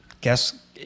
guess